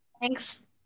Thanks